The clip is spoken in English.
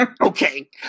Okay